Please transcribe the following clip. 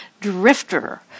drifter